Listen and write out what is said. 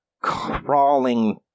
crawling